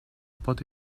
pot